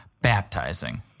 baptizing